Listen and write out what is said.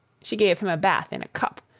she gave him a bath in a cup,